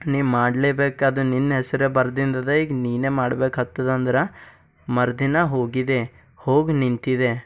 ನೀ ಮಾಡಲೇಬೇಕದು ನಿನ್ನ ಹೆಸರೆ ಬರೆದಿನ್ದದ ಈಗ ನೀನೇ ಮಾಡ್ಬೇಕಾಗ್ತದೆ ಅಂದ್ರು ಮರುದಿನ ಹೋಗಿದ್ದೆ ಹೋಗಿ ನಿಂತಿದ್ದೆ